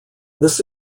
this